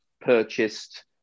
purchased